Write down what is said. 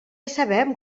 sabem